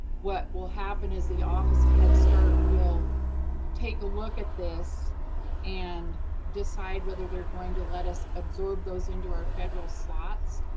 what will happen is the office of head start will take a look at this and decide whether they're going to let us absorb those into our federal slots.